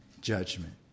judgment